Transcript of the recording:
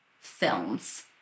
films